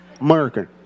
American